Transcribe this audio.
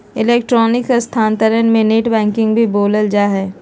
electronic स्थानान्तरण के net banking भी बोलल जा हइ